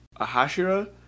Ahashira